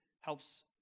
helps